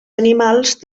animals